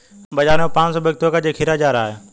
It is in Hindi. बाजार में पांच सौ व्यक्तियों का जखीरा जा रहा है